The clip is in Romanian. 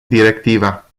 directiva